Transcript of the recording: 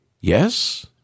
Yes